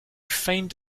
feigned